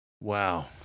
Wow